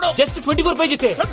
so just twenty four pages only.